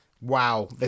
Wow